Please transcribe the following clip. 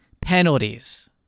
penalties